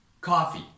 Coffee